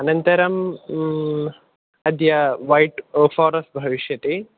अनन्तरं अद्य वैट्फ़ारेस्ट् भविष्यति